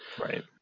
Right